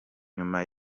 nyuma